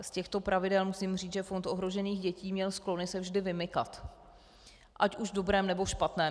Z těchto pravidel musím říct, že Fond ohrožených dětí měl sklony se vždy vymykat, ať už v dobrém, nebo špatném.